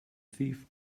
thief